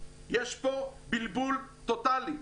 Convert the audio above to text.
יש פה בלבול טוטאלי.